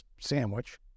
sandwich